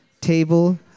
table